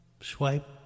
swipe